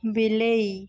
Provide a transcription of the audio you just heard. ବିଲେଇ